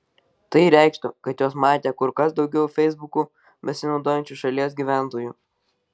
tai reikštų kad juos matė kur kas daugiau feisbuku besinaudojančių šalies gyventojų